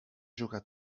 jugar